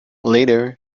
later